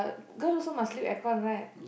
girl also must sleep aircon right